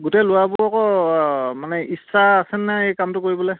গোটেই ল'ৰাবোৰ আকৌ মানে ইচ্ছা আছে নাই এই কামটো কৰিবলৈ